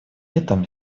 этом